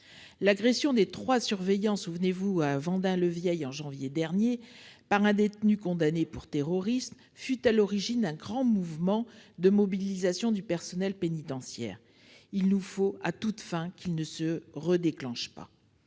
L'agression de trois surveillants à Vendin-le-Vieil en janvier dernier, par un détenu condamné pour terrorisme, fut à l'origine d'un grand mouvement de mobilisation du personnel pénitentiaire. Il nous faut à toutes fins qu'il ne se redéclenche pas.